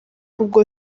ubwo